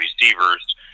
receivers